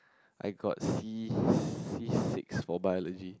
I got C C six for biology